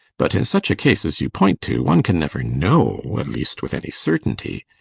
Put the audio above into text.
but in such a case as you point to, one can never know at least with any certainty.